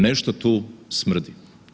Nešto tu smrdi.